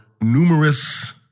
numerous